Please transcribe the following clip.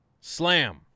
Slam